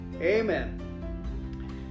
Amen